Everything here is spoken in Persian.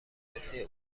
مهندسی